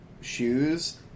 shoes